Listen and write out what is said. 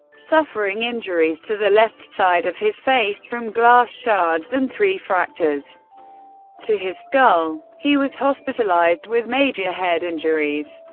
suffering injuries to the left side of his face from glass shards and three fractures to his skull. he was hospitalised with major head injuries.